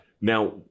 now